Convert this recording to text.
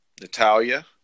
Natalia